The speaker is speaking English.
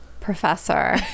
professor